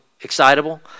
excitable